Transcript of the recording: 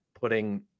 putting